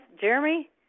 Jeremy